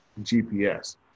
GPS